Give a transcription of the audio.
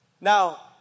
Now